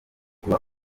kuba